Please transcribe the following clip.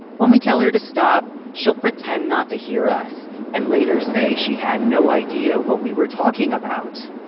when we tell her to stop, she'll pretend not to hear us and later say she had no idea what we were talking about.